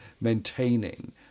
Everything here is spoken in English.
maintaining